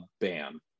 ban